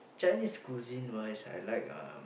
Chinese cuisine wise I like uh